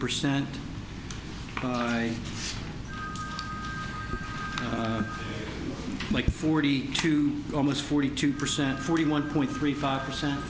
percent like forty two almost forty two percent forty one point three five percent